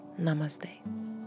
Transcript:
Namaste